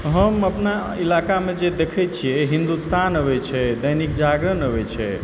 हम अपना इलाकामे जे देखै छियै हिन्दुस्तान अबै छै दैनिक जागरण अबै छै